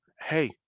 Hey